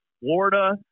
Florida